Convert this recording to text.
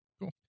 Cool